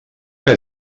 que